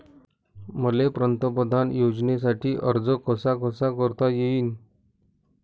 मले पंतप्रधान योजनेसाठी अर्ज कसा कसा करता येईन?